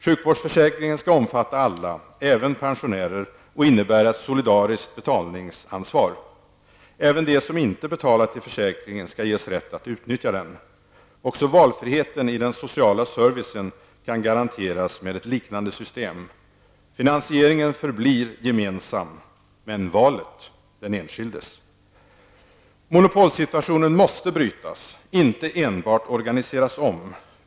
Sjukvårdsförsäkringen skall omfatta alla, även pensionärer, och innebära ett solidariskt betalningsansvar. Även de som inte betalar till försäkringen skall ges rätt att utnyttja den. Också valfriheten i den sociala servicen kan garanteras med ett liknande system. Finansieringen förblir gemensam men valet den enskildes. Monopolsituationen måste brytas, inte enbart organiseras om.